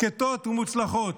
שקטות ומוצלחות.